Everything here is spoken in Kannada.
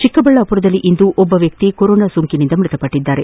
ಚಿಕ್ಕಬಳ್ಳಾಪುರದಲ್ಲಿ ಇಂದು ಒಬ್ಬ ವ್ಯಕ್ತಿ ಕೊರೋನಾ ಸೋಂಕನಿಂದ ಮೃತಪಟ್ಟದ್ದಾರೆ